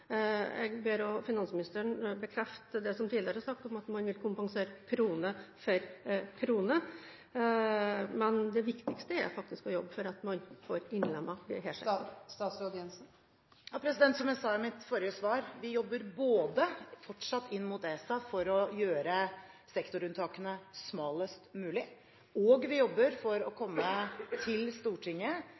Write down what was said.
Jeg ber også finansministeren bekrefte det som tidligere er sagt, om at man vil kompensere krone for krone. Men det viktigste er faktisk å jobbe for at man får innlemmet disse sektorene. Som jeg sa i mitt forrige svar: Vi jobber fortsatt inn mot ESA for å gjøre sektorunntakene smalest mulig, og vi jobber for å komme til Stortinget